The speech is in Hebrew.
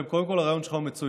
הבנתי.